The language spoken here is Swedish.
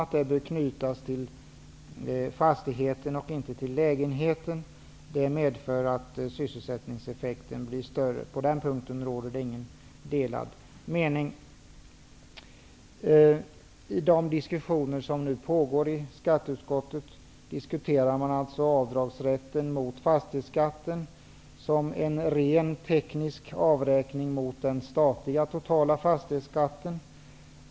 Bidraget bör knytas till fastigheten, inte till lägenheten, vilket medför att sysselsättningseffekten blir större. På den punkten råder ingen delad mening. I skatteutskottet diskuterar man nu avdragsrätten mot fastighetsskatten som en ren teknisk avräkning mot den statliga totala fastighetsskatten.